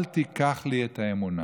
אל תיקח לי את האמונה,